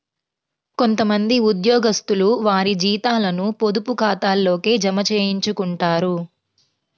కొంత మంది ఉద్యోగస్తులు వారి జీతాలను పొదుపు ఖాతాల్లోకే జమ చేయించుకుంటారు